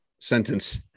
sentence